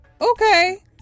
Okay